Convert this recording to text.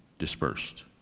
dispersed.